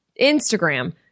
Instagram